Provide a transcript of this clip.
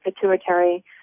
pituitary